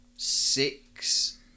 six